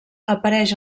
apareix